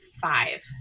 five